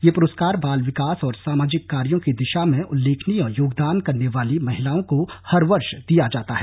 ये पुरस्कार बाल विकास और सामाजिक कार्यो की दिशा में उल्लेखनीय योगदान करने वाली महिलाओं को हर वर्ष दिया जाता है